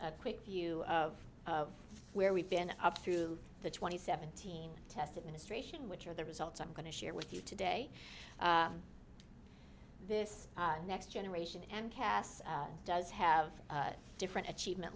a quick view of where we've been up through the twenty seventeen tested ministration which are the results i'm going to share with you today this next generation and casts does have different achievement